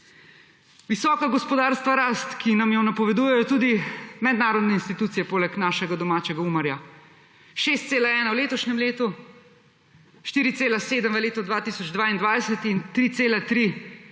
Visoka gospodarska rast, ki nam jo napovedujejo tudi mednarodne institucije poleg našega domačega Umarja. 6,1 v letošnjem letu, 4,7 v letu 2022 in 3,3